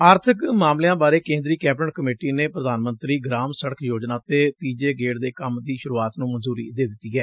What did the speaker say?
ਆਰਥਿਕ ਮਾਮਲਿਆਂ ਬਾਰੇ ਕੇਂਦਰੀ ਕੈਬਨਿਟ ਕਮੇਟੀ ਨੇ ਪ੍ਰਧਾਨ ਮੰਤਰੀ ਗਰਾਮ ਸੜਕ ਯੋਜਨਾ ਦੇ ਤੀਜੇ ਗੇੜ ਦੇ ਕੰਮ ਦੀ ਸੂਰੁਆਤ ਨੂੰ ਮਨਜੁਰੀ ਦੇ ਦਿੱਤੀ ਐ